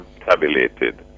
tabulated